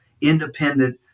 independent